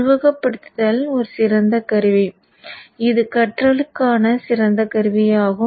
உருவகப்படுத்துதல் ஒரு சிறந்த கருவி இது கற்றலுக்கான சிறந்த கருவியாகும்